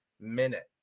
minute